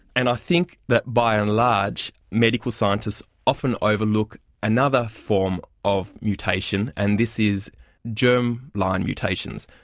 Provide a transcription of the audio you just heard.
and i think that by and large, medical scientists often overlook another form of mutation, and this is germ line mutations.